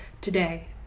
today